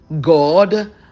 God